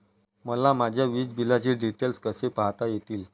मला माझ्या वीजबिलाचे डिटेल्स कसे पाहता येतील?